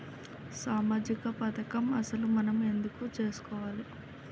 సామాజిక పథకం అసలు మనం ఎందుకు చేస్కోవాలే?